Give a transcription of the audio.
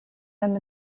him